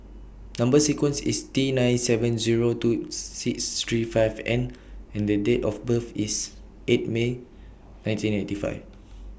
Number sequence IS T nine seven Zero two six three five N and Date of birth IS eight May nineteen eighty five